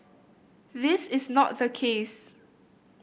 this is not the case